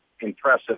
impressive